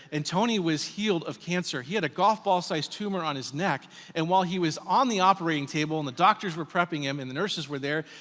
and tony was healed of cancer. he had a golf ball sized tumor on his neck and while he was on the operating table and the doctors were prepping him and the nurses were there,